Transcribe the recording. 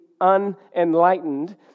unenlightened